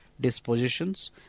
dispositions